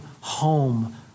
home